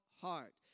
heart